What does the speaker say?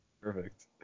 Perfect